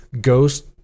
ghost